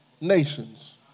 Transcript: nations